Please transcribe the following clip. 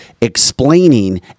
explaining